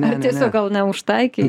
ar tiesiog gal ne užtaikei